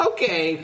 Okay